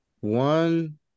One